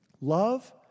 Love